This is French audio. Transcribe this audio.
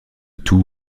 tout